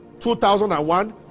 2001